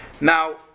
Now